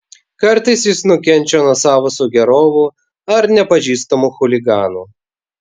kartais jis nukenčia nuo savo sugėrovų ar nepažįstamų chuliganų